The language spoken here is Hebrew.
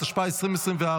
התשפ"ה 2024,